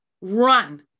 run